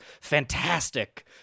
fantastic